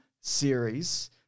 series